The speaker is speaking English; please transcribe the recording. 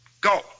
Go